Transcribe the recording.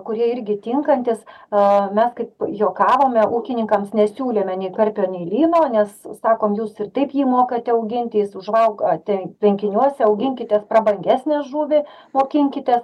kurie irgi tinkantys a mes kaip juokavome ūkininkams nesiūlėme nei karpio nei lyno nes sakom jūs ir taip jį mokate auginti jis užvalgo a ten tvenkiniuose auginkitės prabangesnę žuvį mokinkitės